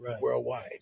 worldwide